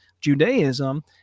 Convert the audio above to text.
Judaism